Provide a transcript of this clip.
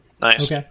Nice